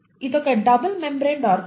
ఇది ఒక double membraned organelle